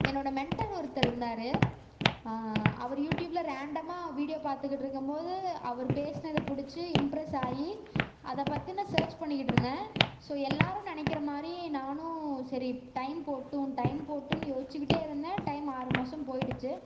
என்னோட மென்டர் ஒருத்தர் இருந்தார் அவர் யூடியூப்பில் ரேண்டமாக வீடியோ பார்த்துகிட்ருக்கும்போது அவர் பேசினது பிடிச்சி இம்ப்ரஸ் ஆகி அதை பற்றின சேர்ச் பண்ணிகிட்டிருந்தேன் ஸோ எல்லாேரும் நினைக்கிற மாதிரி நானும் சரி டைம் போகட்டும் டைம் போகட்டுன் யோசிச்சுக்கிட்டே இருந்தேன் டைம் ஆறு மாதம் போகிடுச்சு